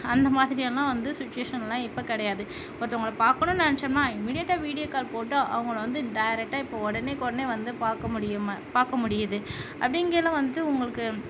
அந்த மாதிரி எல்லாம் வந்து சிச்சுவேஷன்ல்லாம் இப்போ கிடயாது ஒருத்தவங்களை பார்க்கணும்னு நினச்சோம்னா இம்மீடியட்டாக வீடியோ கால் போட்டு அவங்கள வந்து டைரெக்டாக இப்போது உடனேக்கொடனே வந்து பார்க்க முடியும் பார்க்க முடியுது அப்படிங்கயில வந்துட்டு உங்களுக்கு